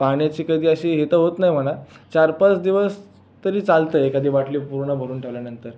पाण्याची कधी अशी हे तर होत नाही म्हणा चार पाच दिवस तरी चालतं आहे एखादी बाटली पूर्ण भरून ठेवल्यानंतर